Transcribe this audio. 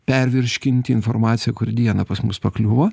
pervirškinti informaciją kuri dieną pas mus pakliuvo